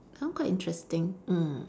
that one quite interesting mm